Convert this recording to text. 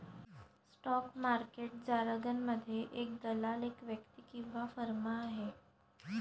stock market जारगनमध्ये, एक दलाल एक व्यक्ती किंवा फर्म आहे